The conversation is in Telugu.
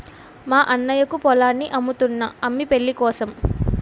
మా అన్నయ్యకు పొలాన్ని అమ్ముతున్నా అమ్మి పెళ్ళికోసం